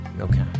okay